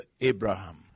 Abraham